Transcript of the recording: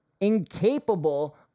incapable